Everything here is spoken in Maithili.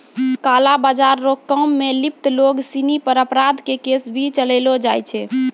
काला बाजार रो काम मे लिप्त लोग सिनी पर अपराध के केस भी चलैलो जाय छै